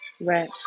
Right